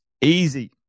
easy